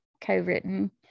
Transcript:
co-written